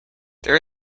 there